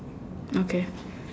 okay